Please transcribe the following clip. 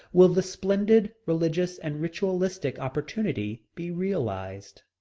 will the splendid religious and ritualistic opportunity be realized.